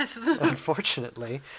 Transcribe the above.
Unfortunately